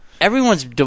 everyone's